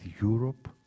Europe